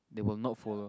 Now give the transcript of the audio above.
they will not follow